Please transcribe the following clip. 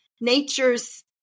nature's